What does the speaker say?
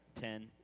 Ten